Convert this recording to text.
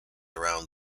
around